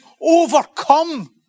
overcome